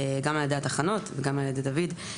גם ע"י התחנות וגם ע"י דוד.